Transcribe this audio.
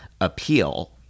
appeal